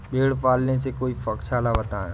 भेड़े पालने से कोई पक्षाला बताएं?